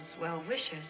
well-wishers